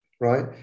right